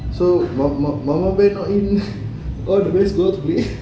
so mama bear not in all the bears go out today